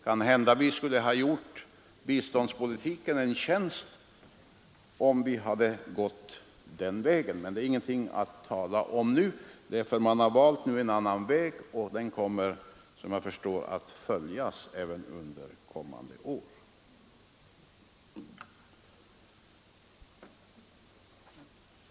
Kanhända skulle vi ha gjort biståndspolitiken en tjänst om vi hade gått på den linjen. Men det är ingenting att tala om nu eftersom vi har valt en annan väg. Den kommer såvitt jag förstår att följas även under kommande år.